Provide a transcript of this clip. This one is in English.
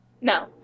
No